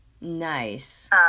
nice